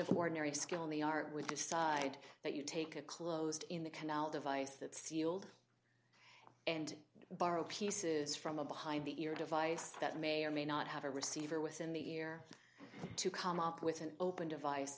art would decide that you take a closed in the canal device that sealed and borrow pieces from a behind the ear device that may or may not have a receiver within the year to come up with an open device